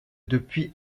depuis